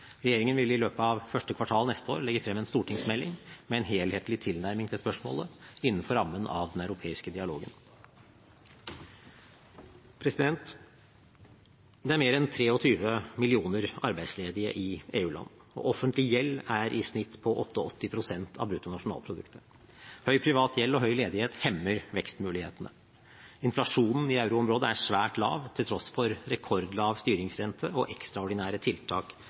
Regjeringen vil i løpet av første kvartal neste år legge frem en stortingsmelding med en helhetlig tilnærming til spørsmålet, innenfor rammen av den europeiske dialogen. Det er mer enn 23 millioner arbeidsledige i EU-land, og offentlig gjeld er i snitt på 88 pst. av bruttonasjonalproduktet. Høy privat gjeld og høy ledighet hemmer vekstmulighetene. Inflasjonen i euroområdet er svært lav, til tross for rekordlav styringsrente og ekstraordinære tiltak